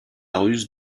ruse